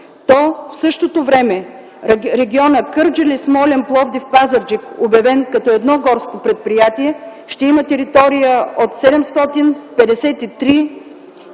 то в същото време регионът Кърджали-Смолян-Пловдив-Пазарджик, обявен като едно горско предприятие, ще има територия от 811